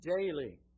Daily